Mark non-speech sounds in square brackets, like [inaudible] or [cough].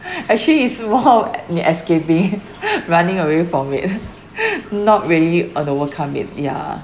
[laughs] actually is more of uh me escaping [laughs] running away from it not really on overcome it yeah